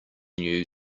new